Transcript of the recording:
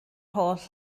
holl